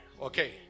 Okay